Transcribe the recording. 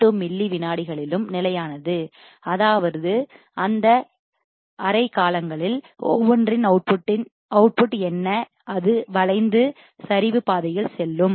2 milli வினாடிகளிலும் நிலையானது அதாவது இந்த அரை காலங்களில் ஒவ்வொன்றின் அவுட்புட் என்ன அது வளைந்து சரிவு பாதையில் செல்லும்